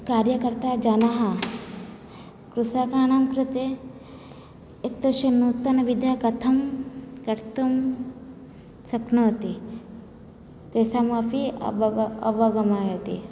कार्यकर्तृजनाः कृषकाणां कृते एतस्य नूतनविधयः कथं कर्तुं शक्नोति तेषामपि अवग अवगमयति